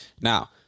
Now